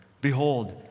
Behold